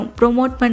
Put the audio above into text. promote